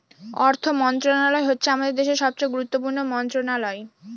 অর্থ মন্ত্রণালয় হচ্ছে আমাদের দেশের সবচেয়ে গুরুত্বপূর্ণ মন্ত্রণালয়